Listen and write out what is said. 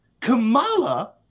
kamala